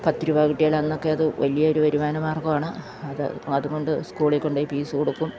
പത്തു രുപ കിട്ടിയാൽ തന്നെയൊക്കെ അത് വലിയ ഒരു വരുമാന മാർഗ്ഗമാണ് അത് അതുകൊണ്ട് സ്കൂളിൽ കൊണ്ടുപോയി പീസ്സ് കൊടുക്കും